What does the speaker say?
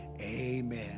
Amen